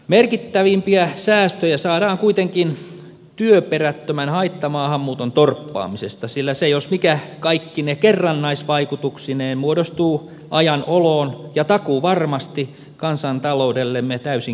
merkittävimpiä säästöjä saadaan kuitenkin työperättömän haittamaahanmuuton torppaamisesta sillä se jos mikä kaikkine kerrannaisvaikutuksineen muodostuu ajan oloon ja takuuvarmasti kansantaloudellemme täysin kestämättömäksi